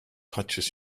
touches